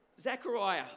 Zechariah